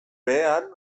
behean